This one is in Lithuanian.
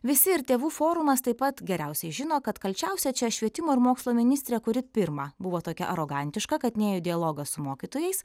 visi ir tėvų forumas taip pat geriausiai žino kad kalčiausia čia švietimo ir mokslo ministrė kuri pirma buvo tokia arogantiška kad nėjo į dialogą su mokytojais